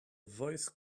voice